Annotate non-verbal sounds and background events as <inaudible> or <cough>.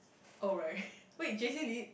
oh right <laughs> wait J_C lead